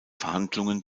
verhandlungen